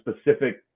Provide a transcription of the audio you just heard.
specific